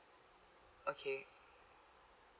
okay